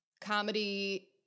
comedy